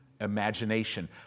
imagination